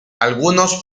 algunos